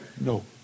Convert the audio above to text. No